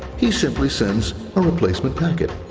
he simply sends a replacement packet.